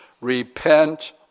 repent